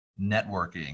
networking